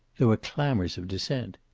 there were clamors of dissent.